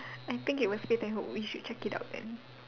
I think it was faith and hope we should check it out then